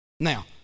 Now